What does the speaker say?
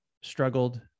struggled